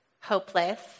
hopeless